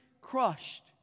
crushed